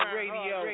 radio